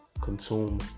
Consume